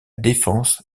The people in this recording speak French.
défense